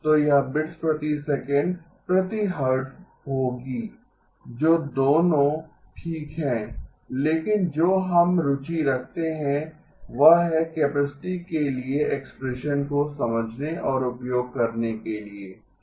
तो यह बिट्स प्रति सेकंड प्रति हर्ट्ज होगी जो दोनों ठीक हैं लेकिन जो हम रुचि रखते हैं वह है कैपेसिटी के लिए एक्सप्रेशन को समझने और उपयोग करने के लिए ठीक है